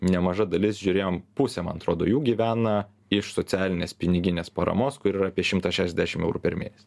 nemaža dalis žiūrėjom pusė man atrodo jų gyvena iš socialinės piniginės paramos kuri yra apie šimtas šešiasdešim eurų per mėnesį